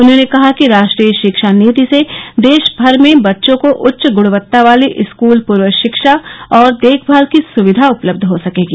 उन्होंने कहा कि राष्ट्रीय शिक्षा नीति से देश भर में बच्चों को उच्च गृणवत्ता वाली स्कूल पूर्व शिक्षा और देखभाल की सुविधा उपलब्ध हो सकेगी